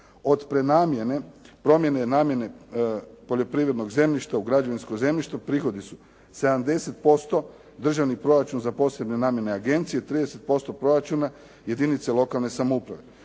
promjene namjene poljoprivrednog zemljišta u građevinskog zemljište prihodi su 70% državni proračun za posebne namjene agencije 30% proračuna jedinice lokalne samouprave.